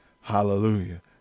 Hallelujah